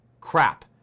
crap